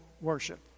worship